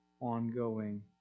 ongoing